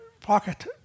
pocket